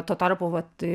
tuo tarpu vat